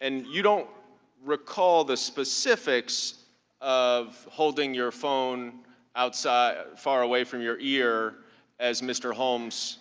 and you don't recall the specifics of holding your phone far away from your ear as mr. holmes